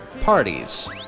Parties